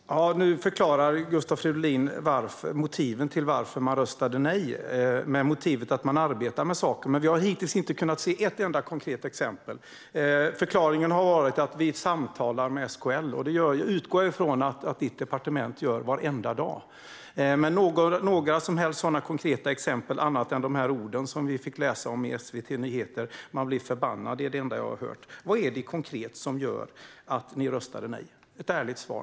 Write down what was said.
Fru talman! Nu förklarar Gustav Fridolin att man röstade nej för att regeringen arbetar med saken. Men hittills har vi inte sett ett enda konkret exempel på det. Förklaringen har varit att regeringen samtalar med SKL, vilket jag utgår från att Utbildningsdepartementet gör varje dag. Men något konkret exempel annat än ministerns uttalande om att han blir förbannad har jag inte sett. Vad var det konkret som gjorde att ni röstade nej? Ge mig ett ärligt svar!